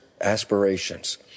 aspirations